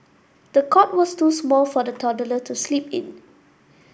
the cot was too small for the toddler to sleep in